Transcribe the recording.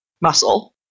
muscle